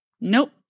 Nope